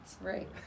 Right